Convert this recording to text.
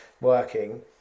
working